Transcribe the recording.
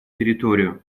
территорию